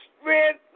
strength